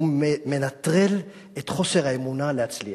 הוא מנטרל את האמונה ביכולת להצליח.